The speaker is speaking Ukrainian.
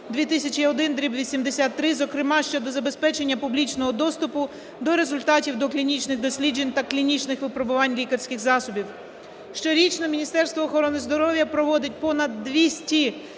2001/83, зокрема щодо забезпечення публічного доступу до результатів доклінічних досліджень та клінічних випробувань лікарських засобів. Щорічно Міністерство охорони здоров'я проводить понад 200